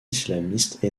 islamiste